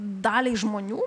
daliai žmonių